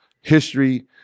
history